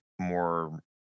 more